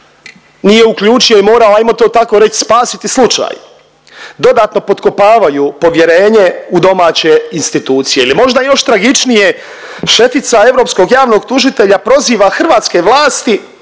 nije uključio i morao hajmo to tako reći spasiti slučaj dodatno potkopavaju povjerenje u domaće institucije ili možda još tragičnije šefica europskog javnog tužitelja proziva hrvatske vlasti